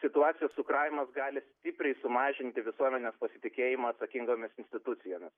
situacijos cukravimas gali stipriai sumažinti visuomenės pasitikėjimą atsakingomis institucijomis